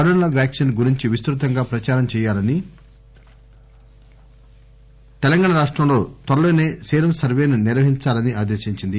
corona vaccine గురించి విస్తృతంగా ప్రచారం చేయాలని రాష్టంలో త్వరలోసే సీరం సర్వేను నిర్వహించాలని ఆదేశించింది